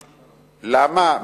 למה?